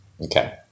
Okay